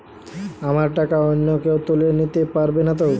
আমার টাকা অন্য কেউ তুলে নিতে পারবে নাতো?